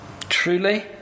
Truly